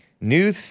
New